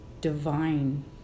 divine